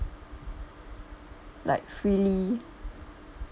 like really